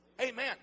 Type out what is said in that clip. Amen